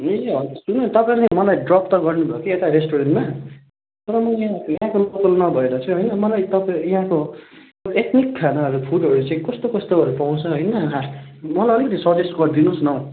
ए हजुर सुन्नु न तपाईँले मलाई ड्रप त गर्नुभयो कि यता रेस्टुरेन्टमा तर म यहाँ यहाँको लोकल नभएर चाहिँ होइन मलाई तपाईँ यहाँको एथनिक खानाहरू फुडहरू चाहिँ कस्तो कस्तोहरू पाउँछ होइन मलाई अलिकति सजेस्ट गरिदिनुहोस् न हौ